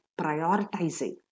prioritizing